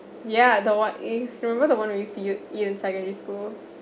ya the what if you remember the one you you eat in secondary school